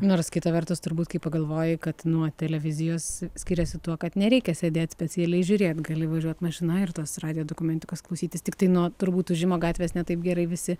nors kita vertus turbūt kai pagalvoji kad nuo televizijos skiriasi tuo kad nereikia sėdėt specialiai žiūrėt gali važiuot mašina ir tos radijo dokumentikos klausytis tiktai nuo turbūt ūžimo gatvės ne taip gerai visi